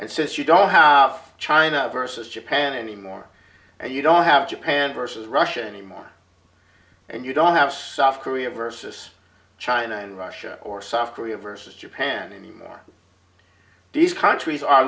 since you don't have china versus japan anymore and you don't have japan versus russia anymore and you don't have soft korea versus china and russia or soft korea versus japan any more these countries are